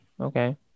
okay